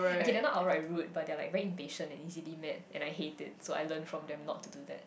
okay they're not outright rude but they're like very impatient and easily mad and I hate it so I learn from them not to do that